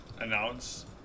announce